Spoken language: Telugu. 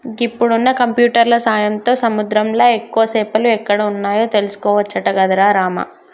ఇప్పుడున్న కంప్యూటర్ల సాయంతో సముద్రంలా ఎక్కువ చేపలు ఎక్కడ వున్నాయో తెలుసుకోవచ్చట గదరా రామా